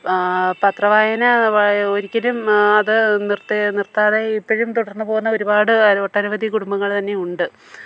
പത്രവായന ഒരിക്കലും അത് നിര്ത്തി നിര്ത്താതെ ഇപ്പോഴും തുടര്ന്ന് പോവുന്ന ഒരുപാട് അനവധി ഒട്ടനവധി കുടുംബങ്ങൾ തന്നെയുണ്ട്